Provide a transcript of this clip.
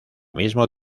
mismo